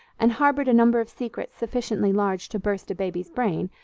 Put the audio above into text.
and harbored a number of secrets sufficiently large to burst a baby's brain,